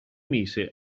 mise